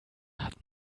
hat